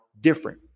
different